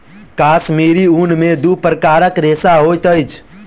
कश्मीरी ऊन में दू प्रकारक रेशा होइत अछि